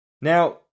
Now